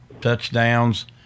touchdowns